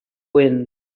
wind